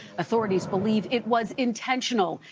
authorities believe it was intentional.